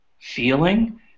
feeling